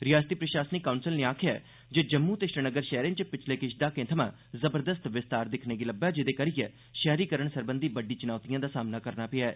रिआसती प्रशासनिक काउंसल नै आखेआ ऐ जे जम्मू ते श्रीनगर शैहरें च पिच्छले किश दहाकें थमां जबरदस्त विस्तार दिक्खने गी लब्बा ऐ जेहदे करियै शैहरीकरण सरबंधी बड्डी चुनौतिएं दा सामना करना पेआ ऐ